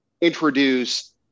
introduce